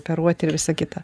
operuoti ir visa kita